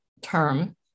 term